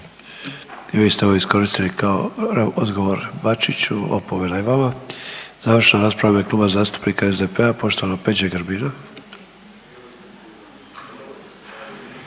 I vi ste ovo iskoristili kao odgovor Bačiću opomena i vama. Završna rasprava u ime Kluba zastupnika SDP-a poštovanog Peđe Grbina.